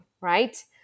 right